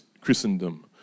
Christendom